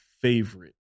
favorite